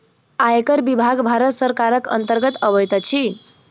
आयकर विभाग भारत सरकारक अन्तर्गत अबैत अछि